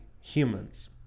humans